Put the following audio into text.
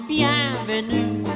Bienvenue